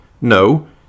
No